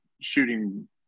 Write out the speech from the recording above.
shooting